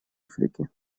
африки